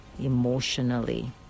emotionally